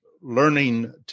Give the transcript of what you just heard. learning